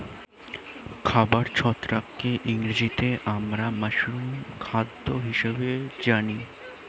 খাবার ছত্রাককে ইংরেজিতে আমরা মাশরুম খাদ্য হিসেবে জানি